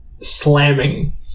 slamming